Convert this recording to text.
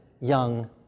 young